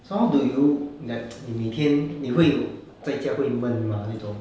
so how do you like 你每天你会在家会闷吗那种